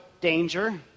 danger